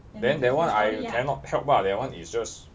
then that one I cannot help lah that one is just